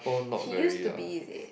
she used to be is it